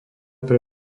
pre